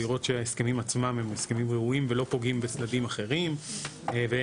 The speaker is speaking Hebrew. לראות שההסכמים עצמם הם הסכמים ראויים ולא פוגעים בצדדים אחרים ואין